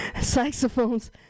saxophones